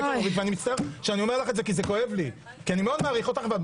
אני מצטער שאני אומר את זה כי זה כואב לי כי אני מעריך אותך מאוד.